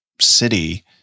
city